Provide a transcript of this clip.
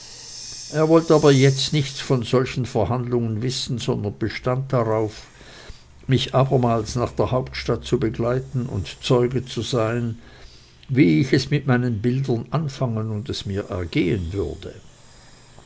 er wollte aber jetzt nichts von solchen verhandlungen wissen sondern bestand darauf mich abermals nach der hauptstadt zu begleiten und zeuge zu sein wie ich es mit meinen bildern anfangen und es mir ergehen würde